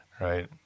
right